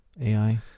AI